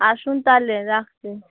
আসুন তাহলে রাকছি